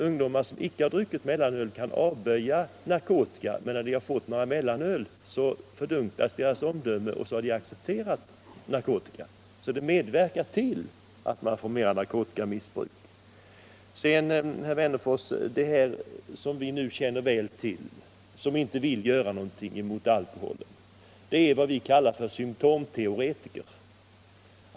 Ungdomar som icke har druckit mellanöl kan avböja narkotika, men när de fått några mellanö! fördunklas deras omdöme och då har de accepterat narkotika. Ölet medverkar således till att man får mer narkotikamissbruk. De som inte vill göra någonting åt alkoholen är, herr Wennerfors, vad vi kallar symtomteoretiker.